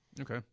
Okay